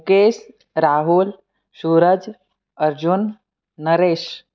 Mukesh Rahul Suraj Arjun Naresh